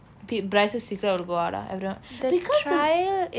okay bryce's secret will go out ah everyone because the